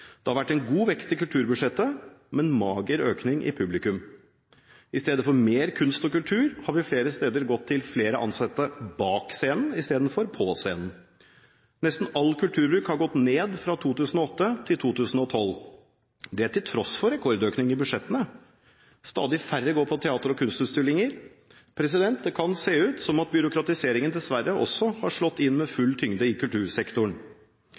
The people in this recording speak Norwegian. Det har vært en god vekst i kulturbudsjettene, men mager økning av publikum. I stedet for mer kunst og kultur, har vi flere steder gått til flere ansatte bak scenen istedenfor på scenen. Nesten all kulturbruk har gått ned fra 2008 til 2012, til tross for rekordøkning i budsjettene. Stadig færre går på teater og kunstutstillinger. Det kan se ut som om byråkratiseringen dessverre også har slått inn med full tyngde i kultursektoren.